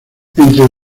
entre